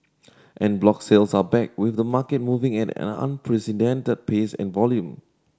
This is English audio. an block sales are back with the market moving at an unprecedented pace and volume